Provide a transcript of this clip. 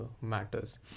matters